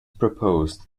proposed